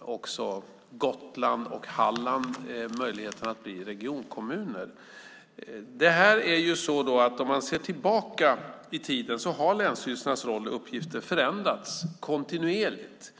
också Gotland och Halland möjligheten att bli regionkommuner. Om man ser tillbaka i tiden har länsstyrelsernas roll och uppgifter förändrats kontinuerligt.